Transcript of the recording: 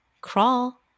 crawl